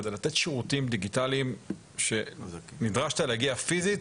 כדי לתת שירותים דיגיטליים שנדרשת בעבר להגיע עבורם פיזית,